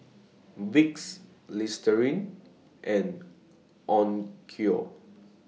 Vicks Listerine and Onkyo